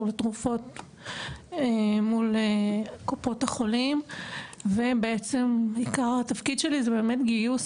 לתרופות מול קופות החולים ובעצם עיקר התפקיד שלי זה גיוס